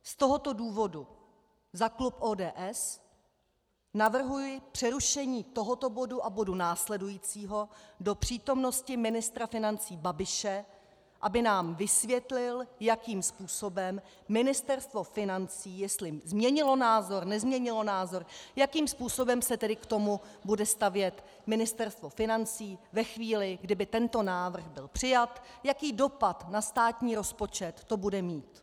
Z tohoto důvodu za klub ODS navrhuji přerušení tohoto bodu a bodu následujícího do přítomnosti ministra financí Babiše, aby nám vysvětlil, jakým způsobem Ministerstvo financí, jestli změnilo názor, nezměnilo názor, jakým způsobem se tedy k tomu bude stavět Ministerstvo financí ve chvíli, kdy by tento návrh byl přijat, jaký dopad na státní rozpočet to bude mít.